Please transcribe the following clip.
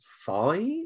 five